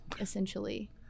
essentially